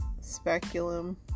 Speculum